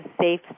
safe